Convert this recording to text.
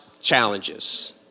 challenges